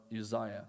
Uzziah